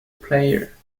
player